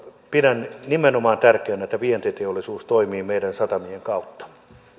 pidän nimenomaan tärkeänä että vientiteollisuus toimii meidän satamiemme kautta